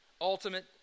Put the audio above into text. ultimate